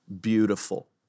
beautiful